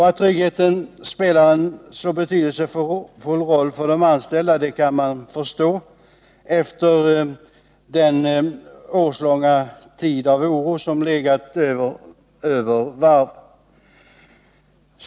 Att tryggheten spelar en så betydelsefull roll för de anställda kan man förstå efter den årslånga tid av oro som legat över varvet.